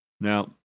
Now